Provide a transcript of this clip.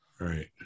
Right